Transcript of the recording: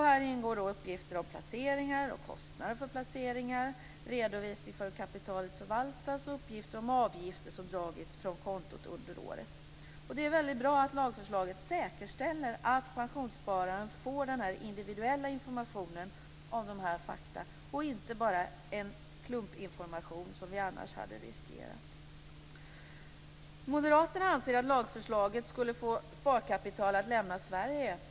Här ingår uppgifter om placeringar och kostnader för placeringar, redovisning för hur kapitalet förvaltas och uppgifter om avgifter som dragits från kontot under året. Det är väldigt bra att lagförslaget säkerställer att pensionsspararen får denna individuella information om dessa faktum och inte bara en klumpinformation som vi annars hade riskerat. Moderaterna anser att lagförslaget skulle få sparkapital att lämna Sverige.